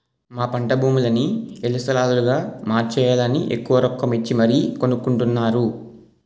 మా పంటభూములని ఇళ్ల స్థలాలుగా మార్చేయాలని ఎక్కువ రొక్కమిచ్చి మరీ కొనుక్కొంటున్నారు